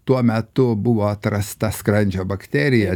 tuo metu buvo atrasta skrandžio bakterija